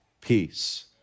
peace